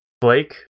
Blake